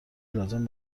لازم